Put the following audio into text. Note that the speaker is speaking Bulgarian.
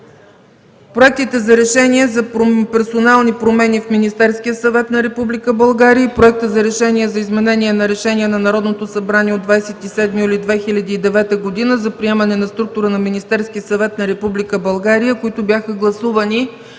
проектите за решения за персонални промени в Министерския съвет на Република България и Проекта за решение за изменение на Решение на Народното събрание от 27 юли 2009 г. за приемане на структура на Министерския съвет на Република България, които бяха гласувани